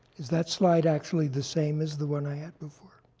is that slide actually the same as the one i had before?